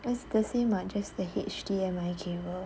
it's the same what just the H_D_M_I cable